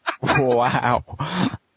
Wow